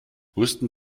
wussten